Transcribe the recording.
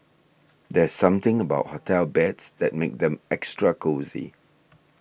there's something about hotel beds that makes them extra cosy